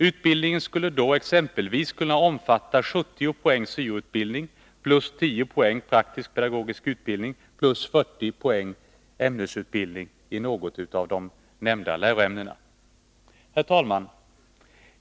Utbildningen skulle då exempelvis kunna omfatta 70 poäng syo-utbildning plus 10 poäng praktisk-pedagogisk utbildning plus 40 poäng ämnesutbildning i något av de nämnda läroämnena. Herr talman!